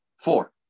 Four